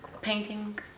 painting